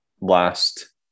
last